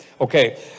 Okay